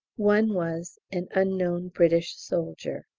one was, an unknown british soldier.